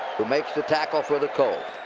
who makes the tackle for the colts.